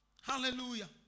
Hallelujah